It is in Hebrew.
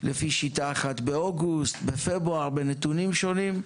לפי שיטה אחת באוגוסט, בפברואר, בנתונים שנים.